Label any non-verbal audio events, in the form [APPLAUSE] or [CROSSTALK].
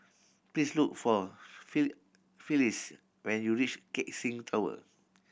please look for [UNINTELLIGIBLE] Phylis when you reach Keck Seng Tower